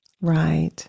right